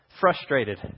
frustrated